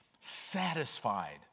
satisfied